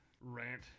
rant